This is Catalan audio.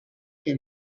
que